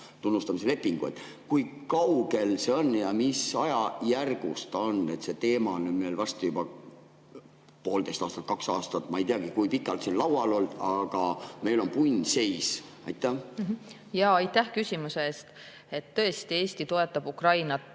tunnustamise lepingu. Kui kaugel see on ja mis ajajärgus ta on? See teema on meil varsti juba poolteist aastat, kaks aastat – ma ei teagi, kui pikalt – laual olnud, aga meil on punnseis. Aitäh! Aitäh küsimuse eest! Tõesti, Eesti toetab Ukrainat